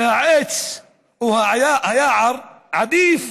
העץ או היער לא עדיף